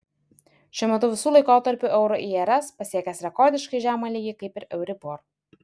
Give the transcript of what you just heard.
šiuo metu visų laikotarpių euro irs pasiekęs rekordiškai žemą lygį kaip ir euribor